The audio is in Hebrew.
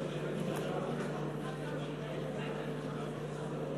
(חותמת על ההצהרה)